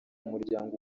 muryango